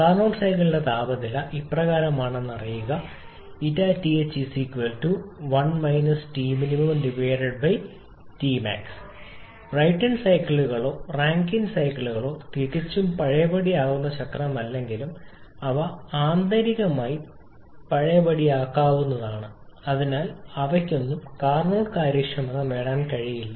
Carnot സൈക്കിളിന്റെ കാര്യക്ഷമത ഇപ്രകാരമാണെന്ന് അറിയുക 𝜂𝑡ℎ 1 𝑇𝑚𝑖𝑛𝑇𝑚𝑎𝑥 ബ്രൈറ്റൺ സൈക്കിളുകളോ റാങ്കൈൻ സൈക്കിളോ തികച്ചും പഴയപടിയാക്കാവുന്ന ചക്രമല്ലെങ്കിലും അവ ആന്തരികമായി പഴയപടിയാക്കാവുന്നവയാണ് അതിനാൽ അവയ്ക്കൊന്നും കാർനോട്ട് കാര്യക്ഷമത നേടാൻ കഴിയില്ല